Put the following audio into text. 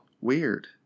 Weird